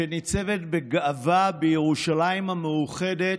שניצבת בגאווה בירושלים המאוחדת,